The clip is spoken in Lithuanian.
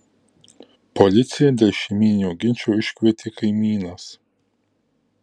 policiją dėl šeimyninio ginčo iškvietė kaimynas